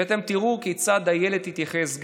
ואתם תראו כיצד הילד יתייחס,